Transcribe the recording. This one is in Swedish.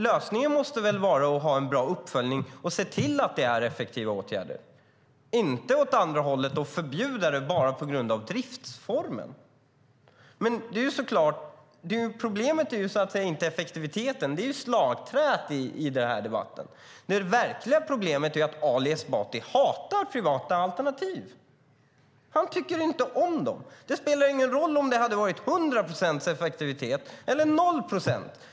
Lösningen måste väl vara att ha en bra uppföljning och se till att det är effektiva åtgärder och inte att gå åt andra hållet och förbjuda det bara på grund av driftsformen. Problemet är inte effektiviteten, utan det är ett slagträ i debatten. Det verkliga problemet är att Ali Esbati hatar privata alternativ. Han tycker inte om dem. Det spelar ingen roll om det hade varit 100 procents effektivitet eller noll procents.